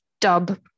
dub